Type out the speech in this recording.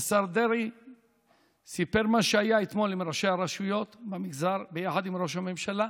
השר דרעי סיפר מה שהיה אתמול עם ראשי הרשויות במגזר ביחד עם ראש הממשלה,